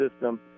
system